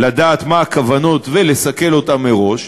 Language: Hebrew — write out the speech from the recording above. לדעת מה הכוונות ולסכל אותן מראש,